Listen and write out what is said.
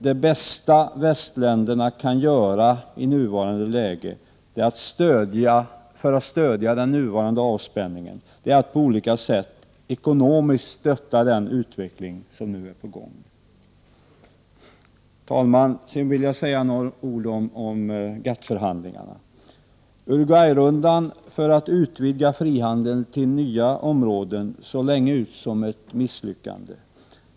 Det bästa västländerna kan göra i nuvarande läge för att stödja avspänningen är att på olika sätt ekonomiskt stötta den utveckling som nu är på gång. Herr talman! Jag vill också säga några ord om GATT-förhandlingarna. Uruguay-rundan för att utvidga frihandeln till nya områden såg länge ut som ett misslyckande.